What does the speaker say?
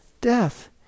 death